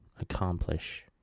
accomplish